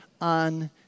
on